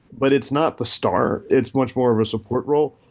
but it's not the star. it's much more of a support role.